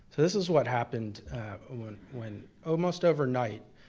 this is what happened when when almost overnight,